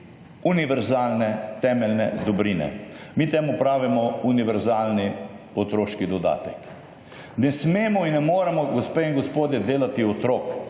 univerzalne temeljne dobrine. Mi temu pravimo univerzalni otroški dodatek. Ne smemo in ne moremo, gospe in gospodje, delati razlike